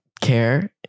care